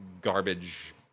garbage